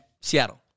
Seattle